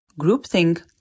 Groupthink